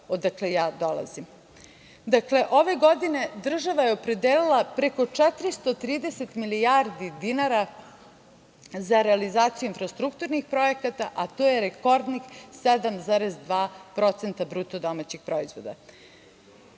odakle dolazim. Dakle, ove godine država je opredelila preko 430 milijardi dinara za realizaciju infrastrukturnih projekata, a to je rekordnih 7,2% BDP. Poštovani